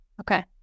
Okay